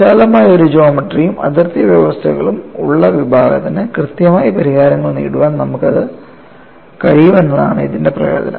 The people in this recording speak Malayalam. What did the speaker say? വിശാലമായ ഒരു ജോമട്രിയും അതിർത്തി വ്യവസ്ഥകളും ഉള്ള വിഭാഗത്തിന് കൃത്യമായ പരിഹാരങ്ങൾ നേടാൻ നമ്മൾക്ക് കഴിയുമെന്നതാണ് ഇതിന്റെ പ്രയോജനം